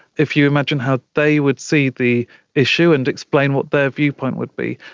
if you imagine how they would see the issue and explain what their viewpoint would be,